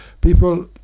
People